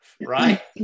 right